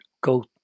go